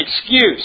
excuse